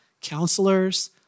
counselors